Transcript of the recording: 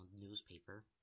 newspaper